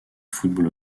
football